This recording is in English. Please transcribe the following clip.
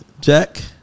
Jack